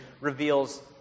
reveals